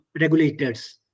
regulators